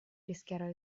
rischiara